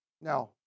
Now